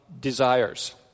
desires